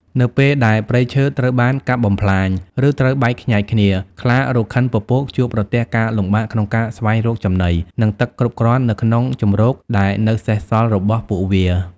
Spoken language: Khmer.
នៅពេលដែលព្រៃឈើត្រូវបានកាប់បំផ្លាញ ឬត្រូវបែកខ្ញែកគ្នា ខ្លារខិនពពកជួបប្រទះការលំបាកក្នុងការស្វែងរកចំណី និងទឹកគ្រប់គ្រាន់នៅក្នុងជម្រកដែលនៅសេសសល់របស់ពួកវា។